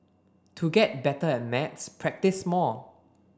to get better at maths practise more